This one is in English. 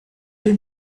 been